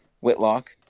Whitlock